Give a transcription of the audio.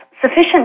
sufficient